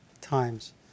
times